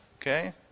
Okay